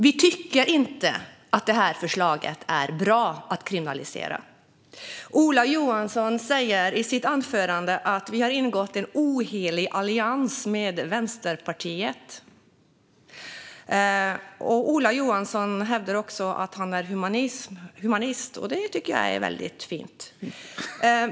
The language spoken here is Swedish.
Vi tycker inte att det här förslaget om att kriminalisera är bra. Ola Johansson säger i sitt anförande att vi har ingått en ohelig allians med Vänsterpartiet. Ola Johansson hävdar också att han är humanist. Det är väldigt fint.